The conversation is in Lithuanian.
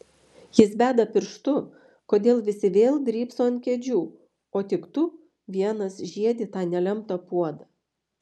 jis beda pirštu kodėl visi vėl drybso ant kėdžių o tik tu vienas žiedi tą nelemtą puodą